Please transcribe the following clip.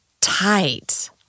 tight—